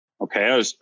Okay